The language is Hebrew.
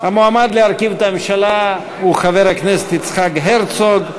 המועמד להרכיב את הממשלה הוא חבר הכנסת יצחק הרצוג.